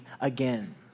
again